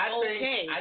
okay